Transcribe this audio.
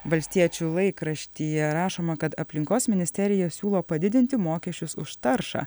valstiečių laikraštyje rašoma kad aplinkos ministerija siūlo padidinti mokesčius už taršą